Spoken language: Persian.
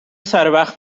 سروقت